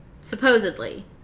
Supposedly